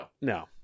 No